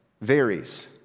varies